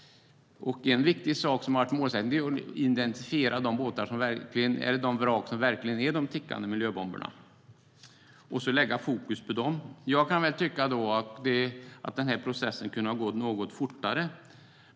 En viktig målsättning har varit att identifiera de vrak som verkligen är tickande miljöbomber och lägga fokus på dem. Jag kan väl tycka att den här processen kunde ha gått något fortare.